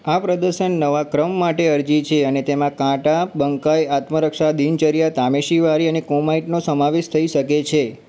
આ પ્રદર્શન નવા ક્રમ માટે અરજી છે અને તેમાં કાંટા બંકાઈ આત્મરક્ષા દિનચર્યા તામેશીવારી અને કુમાઇટનો સમાવેશ થઈ શકે છે